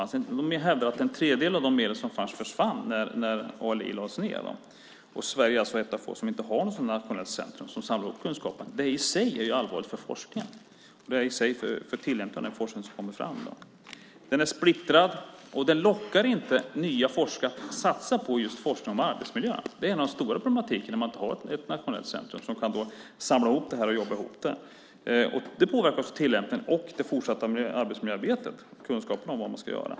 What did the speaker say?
Ni hävdar att en tredjedel av de medel som fanns försvann när ALI lades ned. Sverige är alltså ett av få länder som inte har något sådant nationellt centrum som samlar ihop kunskapen. Det i sig är allvarligt för forskningen och för tillämpningen av den forskning som kommer fram. Den är splittrad, och den lockar inte nya forskare att satsa på forskning om arbetsmiljö. Det är ett av de stora problemen när man inte har ett nationellt centrum som kan samla ihop och jobba med detta. Det påverkar också tillämpningen och det fortsatta arbetsmiljöarbetet - kunskapen om vad man ska göra.